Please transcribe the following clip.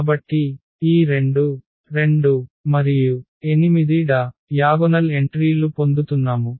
కాబట్టిఈ 2 2 8 diagonal entry లు పొందుతున్నాము